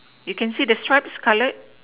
you can see the stripes colored